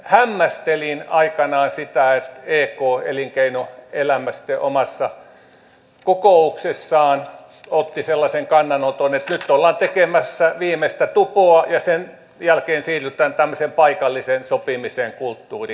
hämmästelin aikanaan sitä että ek elinkeinoelämä sitten omassa kokouksessaan otti sellaisen kannanoton että nyt ollaan tekemässä viimeistä tupoa ja sen jälkeen siirrytään tämmöisen paikallisen sopimisen kulttuuriin